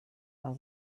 are